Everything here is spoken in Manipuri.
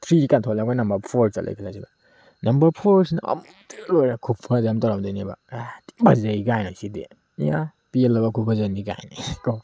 ꯊ꯭ꯔꯤꯒꯤ ꯀꯥꯟꯊꯣꯛꯂꯒ ꯅꯝꯕꯔ ꯐꯣꯔ ꯆꯠꯂꯦ ꯈꯜꯂꯁꯦꯕ ꯅꯝꯕꯔ ꯐꯣꯔꯁꯤꯅ ꯑꯃꯨꯛꯇꯣꯏꯕ ꯂꯣꯏꯔꯦ ꯈꯨꯐꯖ ꯑꯃ ꯇꯧꯔꯝꯗꯣꯏꯅꯦꯕ ꯊꯤ ꯐꯖꯩ ꯀꯥꯏꯅ ꯁꯤꯗꯤ ꯍꯦꯔꯥ ꯄꯦꯜꯂꯕ ꯈꯨꯐꯖꯅꯤ ꯀꯥꯏꯅ ꯀꯣ